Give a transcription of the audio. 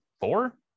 four